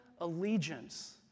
allegiance